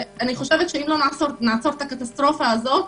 אני חושבת שאם לא נעצור את הקטסטרופה הזו,